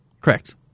Correct